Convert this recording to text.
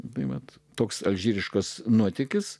bet toks aš vyriškas nuotykis